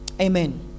Amen